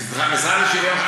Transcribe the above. המשרד לשוויון,